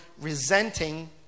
resenting